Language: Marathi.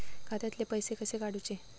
खात्यातले पैसे कसे काडूचे?